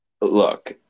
look